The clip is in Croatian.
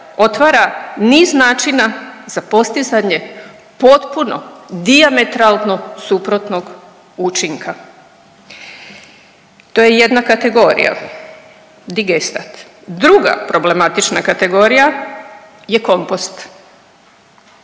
otvara niz načina za postizanje potpuno dijametralno suprotnog učinka. To je jedna kategorija digestat. Druga problematična kategorija je kompost.